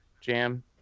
jam